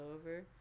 over